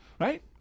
Right